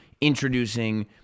introducing